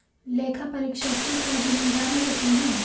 लेखापरीक्षक की क्या जिम्मेदारी होती है?